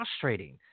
frustrating